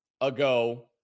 ago